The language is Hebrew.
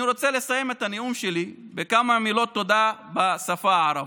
אני רוצה לסיים את הנאום שלי בכמה מילות תודה בשפה הערבית.